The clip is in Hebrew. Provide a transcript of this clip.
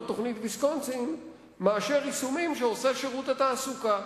של תוכנית ויסקונסין מאשר יישומים שעושה שירות התעסוקה.